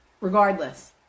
Regardless